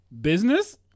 Business